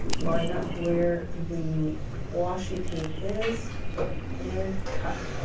line up where the washi tape is and cut